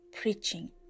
preaching